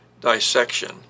dissection